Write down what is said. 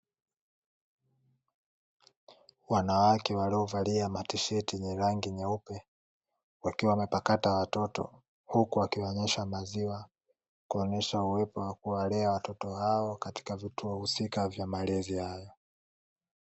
Wanawake waliyovalia matisheti yenye rangi nyeupe wakiwa wamepakata watoto, huku wakiwanyonyesha maziwa kuonyesha uwepo wa kuwalea watoto hao katika vituo husika vya malezi hayo.